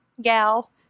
gal